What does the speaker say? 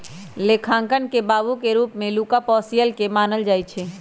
लेखांकन के बाबू के रूप में लुका पैसिओली के मानल जाइ छइ